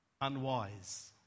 unwise